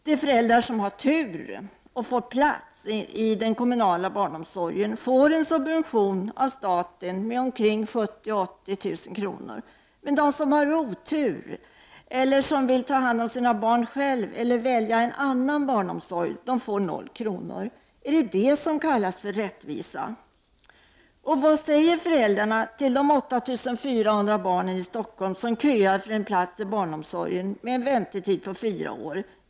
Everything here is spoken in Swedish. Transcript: De föräldrar som har tur och får plats i den kommunala barnomsorgen får en subvention av staten med omkring 70 000—80 000 kr. De som har otur, som själva vill ta hand om sina barn eller som väljer en annan barnomsorg får 0 kr. Kallas detta för rättvisa? Vad säger föräldrarna till de 8 400 barnen i Stockholm som köar för en plats i barnomsorgen med en väntetid på fyra år?